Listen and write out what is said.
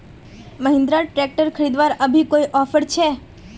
Mahindra tractor खरीदवार अभी कोई ऑफर छे?